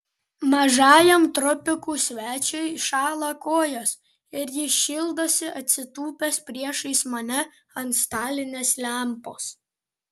mažajam tropikų svečiui šąla kojos ir jis šildosi atsitūpęs priešais mane ant stalinės lempos